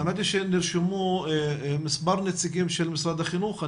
נרשמו מספר נציגים של משרד החינוך,